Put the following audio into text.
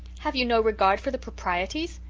have you no regard for the proprieties?